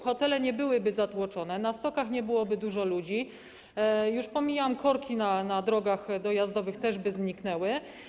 Hotele nie byłyby zatłoczone, na stokach nie byłoby dużo ludzi, już pomijam to, że korki na drogach dojazdowych też by zniknęły.